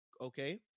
okay